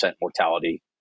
mortality